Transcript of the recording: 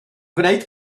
gwneud